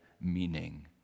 meaning